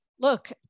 look